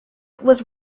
was